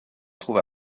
trouve